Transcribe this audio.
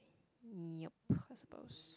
yup I suppose